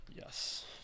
Yes